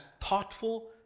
thoughtful